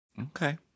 Okay